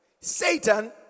Satan